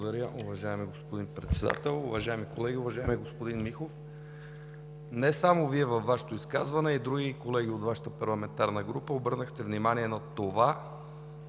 Благодаря, уважаеми господин Председател. Уважаеми колеги! Уважаеми господин Михов, не само Вие във Вашето изказване, а и други колеги от Вашата парламентарна група, обърнахте внимание на това